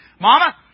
Mama